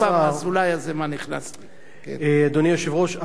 אדוני היושב-ראש,